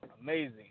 amazing